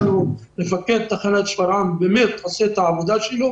מפקד תחנת שפרעם באמת עושה את העבודה שלו,